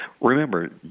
Remember